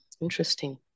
Interesting